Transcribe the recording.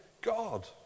God